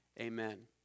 Amen